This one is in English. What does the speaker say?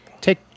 take